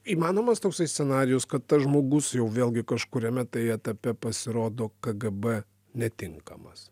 įmanomas toksai scenarijus kad tas žmogus jau vėlgi kažkuriame etape pasirodo kgb netinkamas